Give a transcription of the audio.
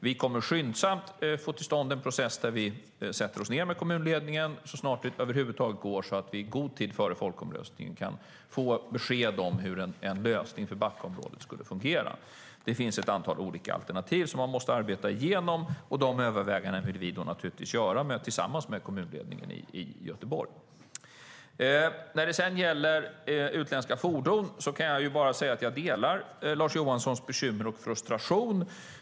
Vi ska skyndsamt få till stånd en process där vi sätter oss ned med kommunledningen så snart det över huvud taget går så att vi i god tid före folkomröstningen kan få besked om hur en lösning för Backaområdet kan fungera. Det finns ett antal olika alternativ som vi måste arbeta igenom, och de övervägandena vill vi göra tillsammans med kommunledningen i Göteborg. När det gäller utländska fordon delar jag Lars Johanssons bekymmer och frustration.